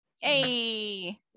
Hey